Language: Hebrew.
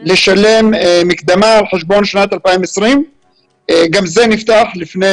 לשלם מקדמה על חשבון שנת 2020. גם זה נפתח לפני